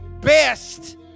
best